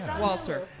Walter